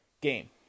game